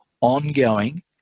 ongoing